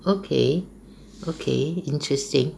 okay okay interesting